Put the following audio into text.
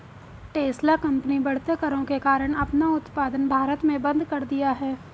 Tesla company बढ़ते करों के कारण अपना उत्पादन भारत में बंद कर दिया हैं